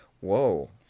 Whoa